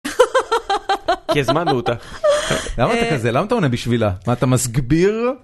כי הזמנו אותה. למה אתה כזה, למה אתה עונה בשבילה? אתה מסביר?